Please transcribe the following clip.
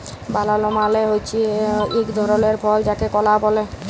বালালা মালে হছে ইক ধরলের ফল যাকে কলা ব্যলে